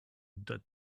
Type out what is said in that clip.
dot